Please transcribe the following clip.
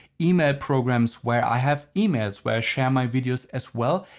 email programs where i have emails, where i share my videos as well.